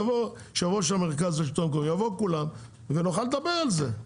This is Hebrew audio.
יבוא יושב-ראש המרכז לשלטון מקומי ונוכל לדבר על זה.